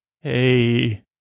hey